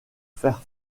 faire